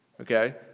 okay